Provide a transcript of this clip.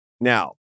Now